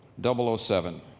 007